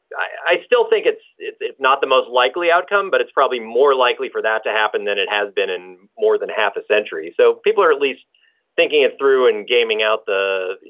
i still think it's it's it's not the most likely outcome, but it's probably more likely for that to happen than it has been in more than half a century. so people are at least thinking it through and gaming out the,